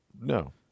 No